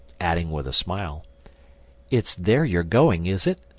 adding with a smile it's there you're going, is it?